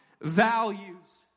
values